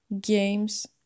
games